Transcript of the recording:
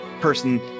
person